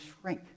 shrink